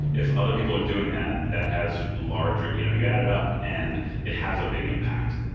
if other people are doing that, that has larger you know, you add it up and it has a big impact.